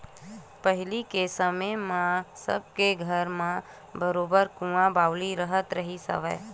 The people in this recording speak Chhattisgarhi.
पहिली के समे म सब के घर म बरोबर कुँआ बावली राहत रिहिस हवय